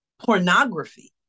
pornography